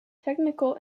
technical